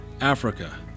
Africa